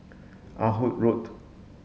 Ah Hood Road